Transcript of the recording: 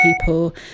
people